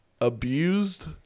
Abused